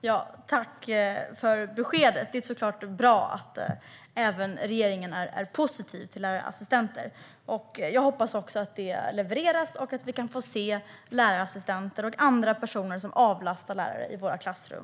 Herr talman! Tack för beskedet, Gustav Fridolin! Det är såklart bra att även regeringen är positiv till lärarassistenter. Jag hoppas att det levereras så att vi snart får se lärarassistenter och andra personer som kan avlasta lärarna i våra klassrum.